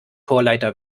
chorleiter